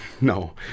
No